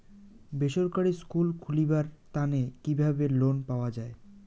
বেসরকারি স্কুল খুলিবার তানে কিভাবে লোন পাওয়া যায়?